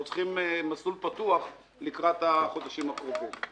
אנחנו צריכים מסלול פתוח לקראת החודשים הקרובים.